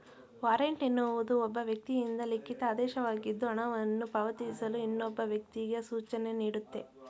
warrant ಎನ್ನುವುದು ಒಬ್ಬ ವ್ಯಕ್ತಿಯಿಂದ ಲಿಖಿತ ಆದೇಶವಾಗಿದ್ದು ಹಣವನ್ನು ಪಾವತಿಸಲು ಇನ್ನೊಬ್ಬ ವ್ಯಕ್ತಿಗೆ ಸೂಚನೆನೀಡುತ್ತೆ